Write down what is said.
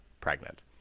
Pregnant